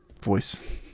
voice